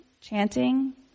chanting